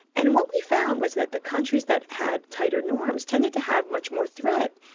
and what we found was that the countries that had tighter norms tended to have much more threat.